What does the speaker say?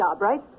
right